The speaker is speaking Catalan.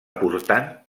portant